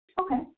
Okay